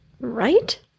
Right